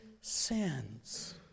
sins